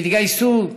שהתגייסו,